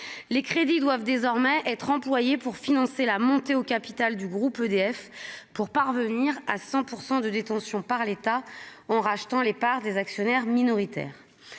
les crédits doivent désormais être employé pour financer la montée au capital du groupe EDF pour parvenir à 100 pour 100 de détention par l'État ont rachetant les parts des actionnaires minoritaires,